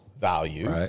value